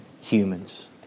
humans